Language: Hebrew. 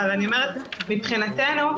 מבחינתנו,